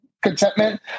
Contentment